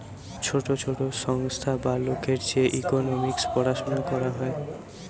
ছোট ছোট সংস্থা বা লোকের যে ইকোনোমিক্স পড়াশুনা করা হয়